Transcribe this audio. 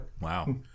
Wow